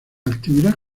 actividad